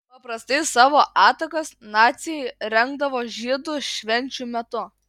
paprastai savo atakas naciai rengdavo žydų švenčių metu